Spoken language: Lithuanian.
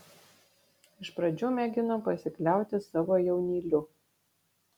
iš pradžių mėgino pasikliauti savo jaunyliu